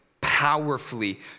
powerfully